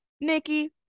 Nikki